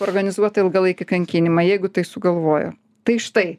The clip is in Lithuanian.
organizuot ilgalaikį kankinimą jeigu tai sugalvojo tai štai